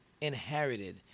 inherited